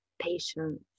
patience